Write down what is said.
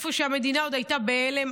איפה שהמדינה עוד הייתה בהלם,